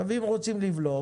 ואם רוצים לבלום